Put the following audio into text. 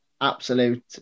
absolute